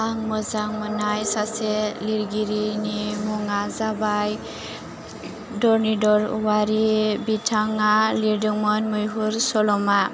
आं मोजां मोननाय सासे लिरगिरिनि मुङा जाबाय धरनिधर औवारि बिथाङा लिरदोंमोन मैहुर सल'मा